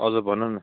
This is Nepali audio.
हजुर भन्नुहोस्